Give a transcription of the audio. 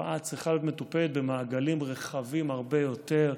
כתופעה צריכה להיות מטופלת במעגלים רחבים הרבה יותר: